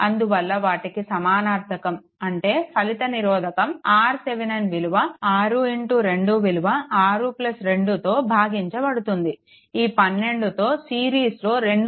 అందువల్ల వాటికి సమానర్ధకం అంటే ఫలిత నిరోధకం RThevenin విలువ 6 2 విలువ 6 2తో భాగించబడుతుంది ఈ 12 తో సిరీస్లో 2